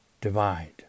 divide